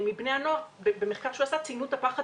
מבני הנוער במחקר שעשה ציינו את הפחד